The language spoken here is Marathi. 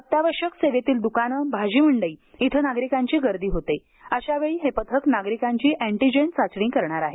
अत्यावश्यक सेवेतील दुकाने भाजी मंडई इथे नागरीकांची गर्दी होते अशावेळी हे पथक नागरिकांची अँटीजेन चाचणी करणार आहे